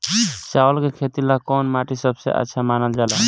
चावल के खेती ला कौन माटी सबसे अच्छा मानल जला?